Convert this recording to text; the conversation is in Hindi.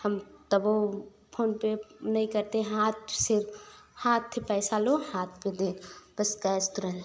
हम तबौ फोनपे नहीं करते हाथ से हाथ पर पैसा लो हाथ पर दो बस कैस तुरंत